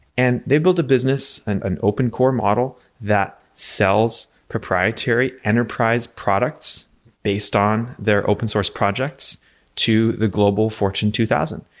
and they've built a business and an open core model that sells proprietary enterprise products based on their open source projects to the global fortune two thousand.